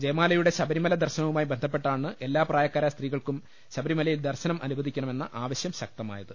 ജയമാലയുടെ ശബരിമല ദർശനവു മായി ബന്ധപ്പെട്ടാണ് എല്ലാ പ്രായക്കാരായ സ്ത്രീകൾക്കും ശബരിമലയിൽ ദർശനം അനുവദിക്കണമെന്ന ആവശ്യം ശക്തമായത്